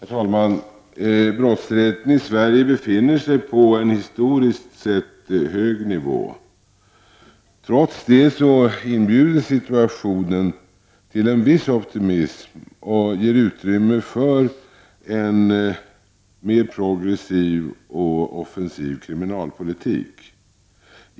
Herr talman! Brottsligheten i Sverige befinner sig på en historiskt sett hög nivå. Trots detta inbjuder situationen till en viss optimism och ger utrymme för en mer progressiv och offensiv kriminalpolitik.